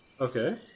Okay